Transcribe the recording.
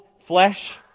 flesh